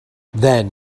then